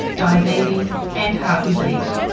diabetes and heart disease.